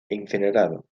incinerado